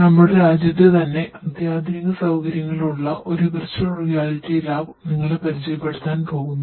നമ്മുടെ രാജ്യത്തെതന്നെ അത്യാധുനിക സൌകര്യങ്ങൾ ഉള്ള ഒരു വിർച്വൽ റിയാലിറ്റി ലാബ് നിങ്ങളെ പരിചയപ്പെടുത്താൻ പോകുന്നു